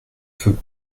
veux